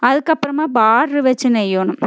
அதுக்கு அப்பறமாக பாட்ரு வச்சி நெய்யணும்